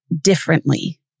differently